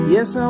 Yes